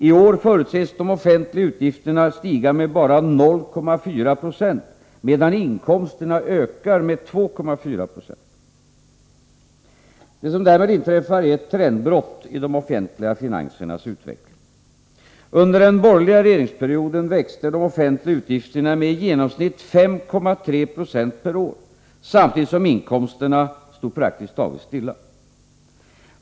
I år förutses de offentliga utgifterna stiga med bara 0,4 76, medan inkomsterna ökar med 2,4 96. Därmed inträffar ett trendbrott i de offentliga finansernas utveckling. Under den borgerliga regeringsperioden växte de offentliga utgifterna med i genomsnitt 5,3 20 per år, samtidigt som inkomsterna stod praktiskt taget stilla.